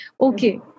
okay